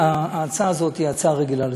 ההצעה הזאת היא הצעה רגילה לסדר-היום,